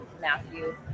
Matthew